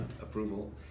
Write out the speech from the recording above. approval